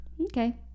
Okay